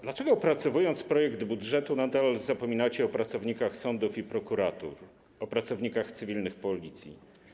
Dlaczego opracowując projekt budżetu, nadal zapominacie o pracownikach sądów i prokuratur, o pracownikach cywilnych Policji?